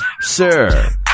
Sir